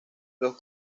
los